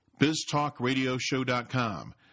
biztalkradioshow.com